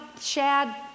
Shad